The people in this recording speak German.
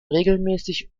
regelmäßig